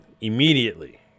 immediately